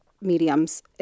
mediums